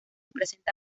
presenta